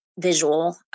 visual